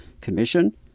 Commission